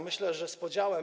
Myślę, że z podziałem.